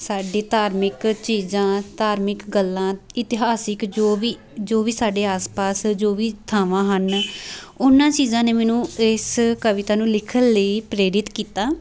ਸਾਡੀ ਧਾਰਮਿਕ ਚੀਜ਼ਾਂ ਧਾਰਮਿਕ ਗੱਲਾਂ ਇਤਿਹਾਸਿਕ ਜੋ ਵੀ ਜੋ ਵੀ ਸਾਡੇ ਆਸ ਪਾਸ ਜੋ ਵੀ ਥਾਵਾਂ ਹਨ ਉਹਨਾਂ ਚੀਜ਼ਾਂ ਨੇ ਮੈਨੂੰ ਇਸ ਕਵਿਤਾ ਨੂੰ ਲਿਖਣ ਲਈ ਪ੍ਰੇਰਿਤ ਕੀਤਾ